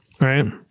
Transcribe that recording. Right